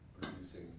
producing